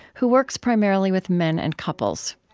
who works primarily with men and couples.